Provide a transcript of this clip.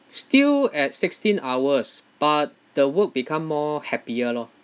still at sixteen hours but the work become more happier lor